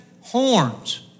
horns